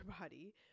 body